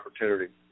opportunity